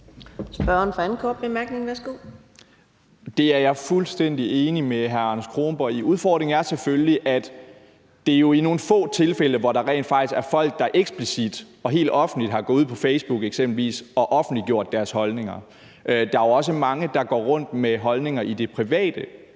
Det er jeg fuldstændig enig med hr. Anders Kronborg i. Udfordringen er selvfølgelig, at det jo er i nogle få tilfælde, at der rent faktisk er folk, der eksplicit og helt offentligt eksempelvis er gået ud på Facebook og har offentliggjort deres holdninger. Der er jo også mange, der i det private